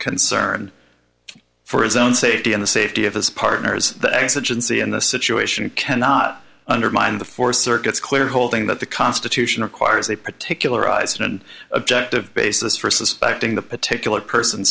concern for his own safety and the safety of his partners the exigency in the situation cannot undermine the four circuits clear holding that the constitution requires a particular eyes and objective basis for suspecting the particular person